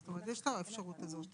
זאת אומרת: יש את האפשרות הזאת.